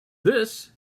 this